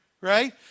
right